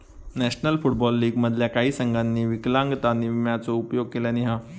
national Football League मधल्या काही संघांनी विकलांगता विम्याचो उपयोग केल्यानी हा